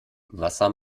wasser